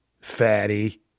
fatty